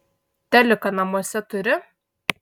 teliką namuose turi